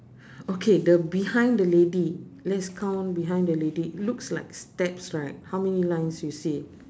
okay the behind the lady let's count behind the lady looks like steps right how many lines you see